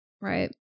Right